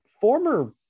former